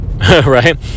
right